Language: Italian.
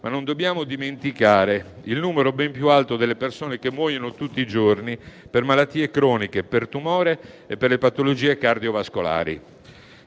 ma non dobbiamo dimenticare il numero ben più alto delle persone che muoiono tutti i giorni per malattie croniche, per tumore e per patologie cardiovascolari.